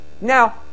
Now